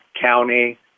county